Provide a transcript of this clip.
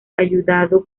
ayudado